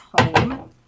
home